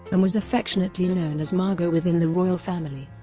and was affectionately known as margot within the royal family.